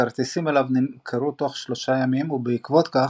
הכרטיסים אליו נמכרו תוך שלושה ימים ובעקבות כך,